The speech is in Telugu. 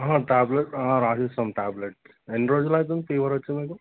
ట్యాబ్లెట్ రాసిస్తాం ట్యాబ్లెట్ ఎన్నిరోజులు ఆవుతుంది ఫీవర్ వచ్చి మీకు